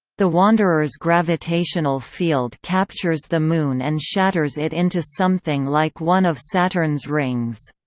the wanderer's gravitational field captures the moon and shatters it into something like one of saturn's rings.